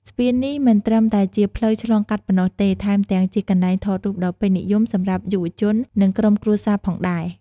ស្ពាននេះមិនត្រឹមតែជាផ្លូវឆ្លងកាត់ប៉ុណ្ណោះទេ ថែមទាំងជាកន្លែងថតរូបដ៏ពេញនិយម សម្រាប់យុវវ័យ និងក្រុមគ្រួសារផងដែរ។